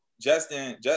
Justin